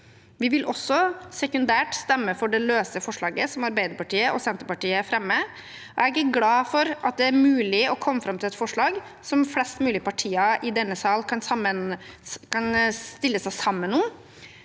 Vi vil også, sekundært, stemme for det løse forslaget, nr. 4, som Arbeiderpartiet og Senterpartiet fremmer. Jeg er glad for at det er mulig å komme fram til et forslag som flest mulig partier i denne sal kan stå sammen om.